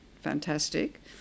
fantastic